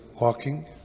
walking